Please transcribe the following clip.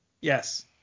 Yes